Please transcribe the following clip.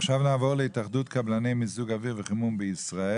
עכשיו נעבור להתאחדות קבלני מיזוג אוויר וחימום בישראל.